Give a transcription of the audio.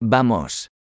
Vamos